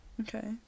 Okay